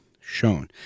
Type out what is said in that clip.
shown